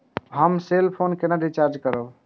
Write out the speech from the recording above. हम cell phone केना recharge करब?